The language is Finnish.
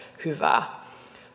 hyvää